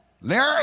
Larry